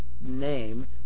name